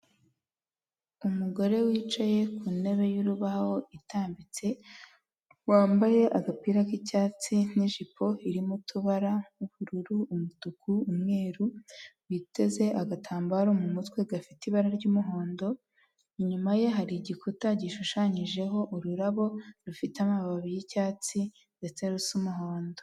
Umugore wicaye ku ntebe y'urubaho itambitse, wambaye agapira k'icyatsi n'ijipo irimo utubara ubururu, umutuku, umweru, biteze agatambaro mu mutwe gafite ibara ry'umuhondo. Inyuma ye hari igikuta gishushanyijeho ururabo rufite amababi y'icyatsi ndetse rusa umuhondo.